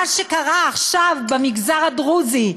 מה שקרה עכשיו במגזר הדרוזי,